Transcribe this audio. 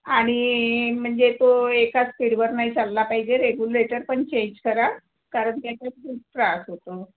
आणि म्हणजे तो एका स्पीडवर नाही चालला पाहिजे रेग्युलेटर पण चेंज करा कारण त्याचा खूप त्रास होतो